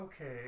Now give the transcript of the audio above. Okay